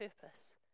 purpose